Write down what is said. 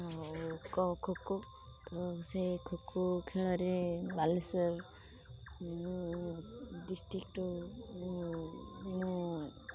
ଆଉ ଖୋ ଖୋ ତ ସେ ଖୋ ଖୋ ଖେଳରେ ବାଲେଶ୍ୱର ଡିଷ୍ଟ୍ରିକ୍ଟରୁ ମୁଁ ମୁଁ